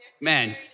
man